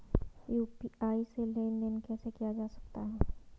UPI से लेनदेन कैसे किया जा सकता है?